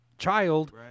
child